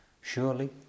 Surely